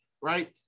right